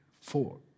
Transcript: four